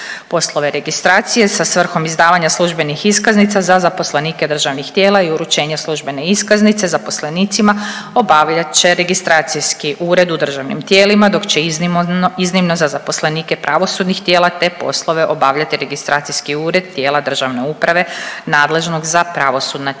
Poslove registracije sa svrhom izdavanja službenih iskaznica za zaposlenike državnih tijela i uručenje službene iskaznice zaposlenicima obavljat će registracijski ured u državnim tijelima dok će iznimno za zaposlenike pravosudnih tijela te poslove obavljati registracijski ured tijela državne uprave nadležnog za pravosudna tijela.